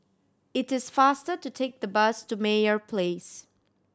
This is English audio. it is faster to take the bus to Meyer Place